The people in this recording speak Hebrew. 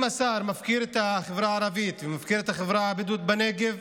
אם השר מפקיר את החברה הערבית ומפקיר את החברה הבדואית בנגב,